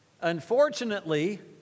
Unfortunately